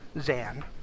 zan